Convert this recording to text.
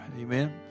Amen